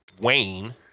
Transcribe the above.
Wayne